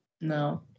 No